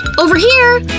over here!